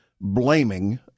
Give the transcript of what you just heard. blaming